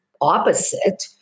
opposite